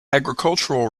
agricultural